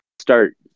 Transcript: start